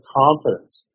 confidence